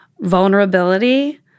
vulnerability